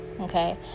Okay